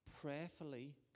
prayerfully